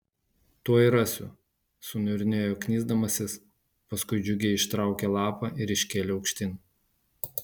tuoj rasiu suniurnėjo knisdamasis paskui džiugiai ištraukė lapą ir iškėlė aukštyn